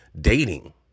dating